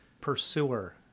pursuer